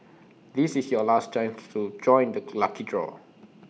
this is your last chance to join the lucky draw